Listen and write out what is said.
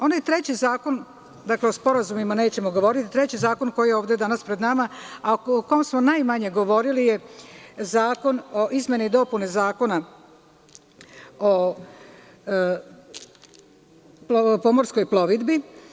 Onaj treći zakon, o sporazumima nećemo govoriti, koji je ovde danas pred nama, a o kom smo najmanje govorili je zakon o izmenama i dopunama Zakon o pomorskoj plovidbi.